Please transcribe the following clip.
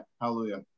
Hallelujah